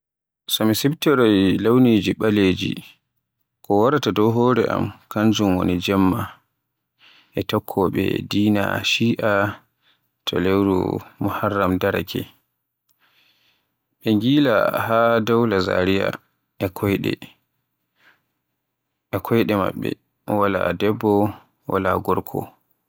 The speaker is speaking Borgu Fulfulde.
So mi siftoroy launiji ɓaleji ko waraata do hore am kanjum woni Jemma. E tokkowoɓe diina shia, to lewru muharram daraake. Ɓe ngilo haa dowla Zaria e koyɗe, e koyɗe maɓɓe wala debbo wala gorko.